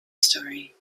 story